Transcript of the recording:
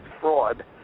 fraud